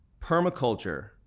permaculture